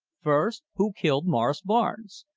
first, who killed morris barnes?